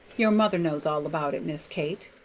your mother knows all about it, miss kate,